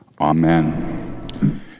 Amen